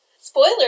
Spoiler